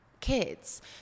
kids